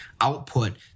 output